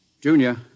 Junior